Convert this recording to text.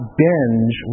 binge